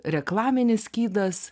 reklaminis skydas